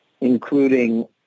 including